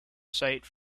site